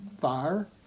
Fire